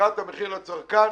שמירת המחיר לצרכן